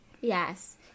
Yes